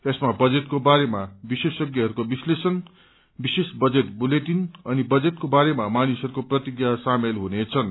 यसमा बजेटको बारेमा विशेषज्ञहरूको विश्लेषण विशेष बजेट बुलेटिन अनि बजेटको बारेमा मानिसहरूको प्रतिक्रिया सामेल हुनेछन्